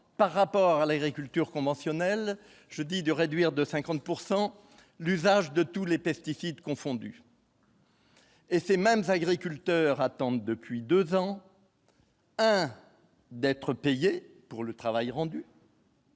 par rapport à l'agriculture conventionnelle, jeudi, de réduire de 50 pourcent l'usage de tous les pesticides confondus. Et ces mêmes agriculteurs attendent depuis 2 ans. Hein, d'être payés pour le travail rendu.